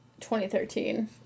2013